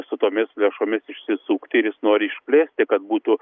su tomis lėšomis išsisukti ir jis nori išplėsti kad būtų